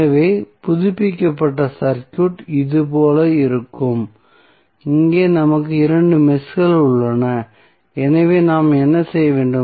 எனவே புதுப்பிக்கப்பட்ட சர்க்யூட் இதுபோல் இருக்கும் இங்கே நமக்கு இரண்டு மெஷ்கள் உள்ளன எனவே நாம் என்ன செய்ய வேண்டும்